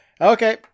Okay